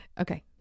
Okay